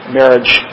marriage